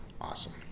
awesome